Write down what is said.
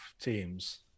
teams